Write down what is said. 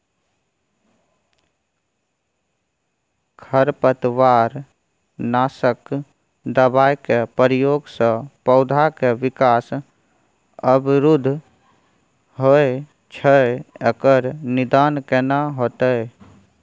खरपतवार नासक दबाय के प्रयोग स पौधा के विकास अवरुध होय छैय एकर निदान केना होतय?